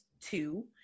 two